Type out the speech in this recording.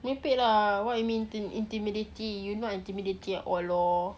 merepek lah what you mean intimidating you not intimidating at all lor